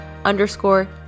underscore